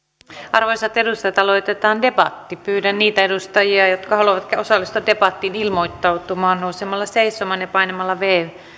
arvoisat edustajat aloitetaan debatti pyydän niitä edustajia jotka haluavat osallistua debattiin ilmoittautumaan nousemalla seisomaan ja painamalla viides